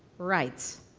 rights.